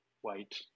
white